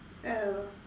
oh